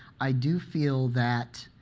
i do feel that